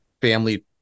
family